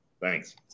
thanks